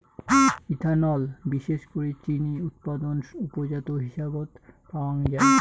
ethanol বিশেষ করি চিনি উৎপাদন উপজাত হিসাবত পাওয়াঙ যাই